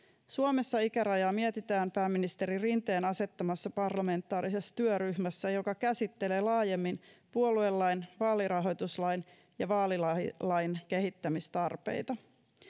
suomessa ikärajaa mietitään pääministeri rinteen asettamassa parlamentaarisessa työryhmässä joka käsittelee laajemmin puoluelain vaalirahoituslain ja vaalilain kehittämistarpeita